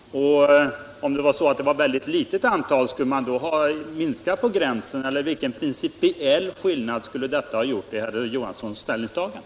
Och om ett litet antal har röstat skall man då sänka tidsgränsen? Vilken principiell skillnad skulle detta ha inneburit för herr Johanssons ställningstagande?